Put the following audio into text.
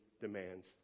demands